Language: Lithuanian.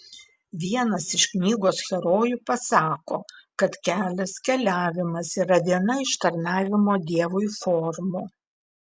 vienas iš knygos herojų pasako kad kelias keliavimas yra viena iš tarnavimo dievui formų